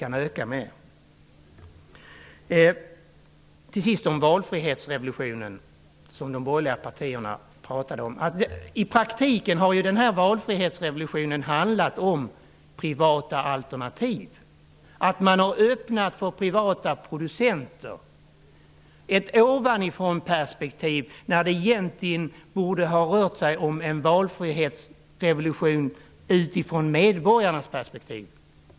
Jag vill säga något om valfrihetsrevolutionen, som de borgerliga pratade om. I praktiken har denna valfrihetsrevolution handlat om privata alternativ. Man har öppnat för privata producenter. Det har rört sig om ett ovanifrånperspektiv när det egentligen borde har rört sig om en valfrihetsrevolution utifrån medborgarnas perspektiv.